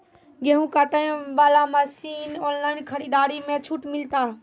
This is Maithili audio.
गेहूँ काटे बना मसीन ऑनलाइन खरीदारी मे छूट मिलता?